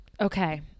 okay